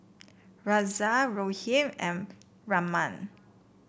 Razia Rohit and Raman